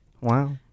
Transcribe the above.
wow